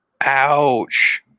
Ouch